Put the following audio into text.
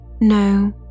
No